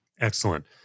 Excellent